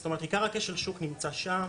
זאת אומרת עיקר הכשל שוק נמצא שם.